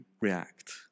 react